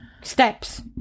steps